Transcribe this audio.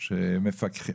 העיר לי,